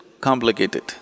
complicated